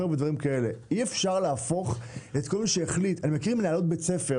אני מכיר מנהלות בתי ספר